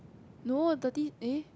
no dirty eh